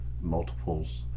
multiples